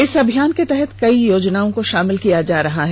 इस अभियान के तहत कई योजनाओं कोषामिल किया जा रहा है